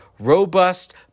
robust